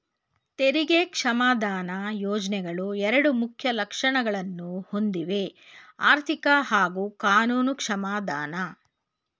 ತೆರಿಗೆ ಕ್ಷಮಾದಾನ ಯೋಜ್ನೆಗಳು ಎರಡು ಮುಖ್ಯ ಲಕ್ಷಣಗಳನ್ನ ಹೊಂದಿವೆಆರ್ಥಿಕ ಹಾಗೂ ಕಾನೂನು ಕ್ಷಮಾದಾನ